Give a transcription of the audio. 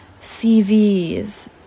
CVs